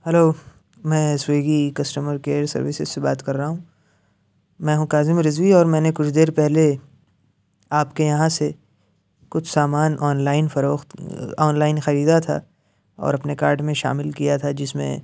hello میں Swiggy customer care services سے بات کر رہا ہوں میں ہوں کاظم رضوی اور میں نے کچھ دیر پہلے آپ کے یہاں سے کچھ سامان آن لائن فروخت آن لائن خریدا تھا اور اپنے کارٹ میں شامل کیا تھا جس میں